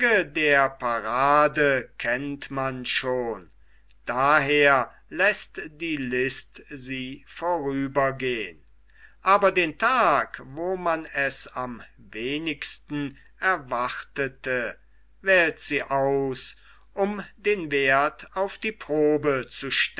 der parade kennt man schon daher läßt die list sie vorübergehn aber den tag wo man es am wenigsten erwartete wählt sie aus um den werth auf die probe